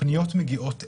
הפניות מגיעות אלינו,